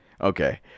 okay